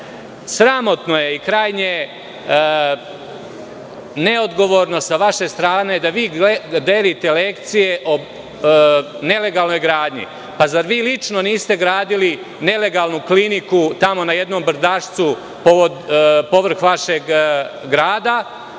reči. Sramotno je i krajnje neodgovorno sa vaše strane da vi delite lekcije o nelegalnoj gradnji. Zar vi lično niste gradili nelegalno kliniku, tamo na brdašcetu povfrh vašeg grada